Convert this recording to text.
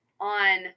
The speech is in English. on